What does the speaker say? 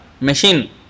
machine